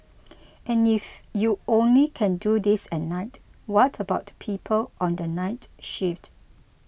and if you only can do this at night what about people on the night shift